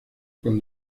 con